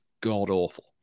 god-awful